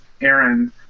Aaron